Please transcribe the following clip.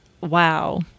wow